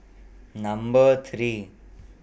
Number three